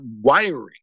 wiring